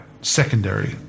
secondary